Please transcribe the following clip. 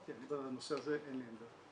אמרתי, בנושא הזה אין לי עמדה.